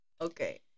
Okay